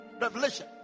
Revelation